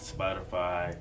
Spotify